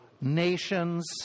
Nations